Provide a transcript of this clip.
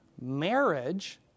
marriage